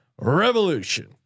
revolution